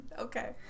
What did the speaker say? okay